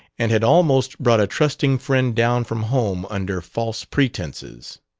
and had almost brought a trusting friend down from home under false pretenses.